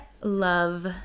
love